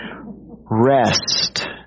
rest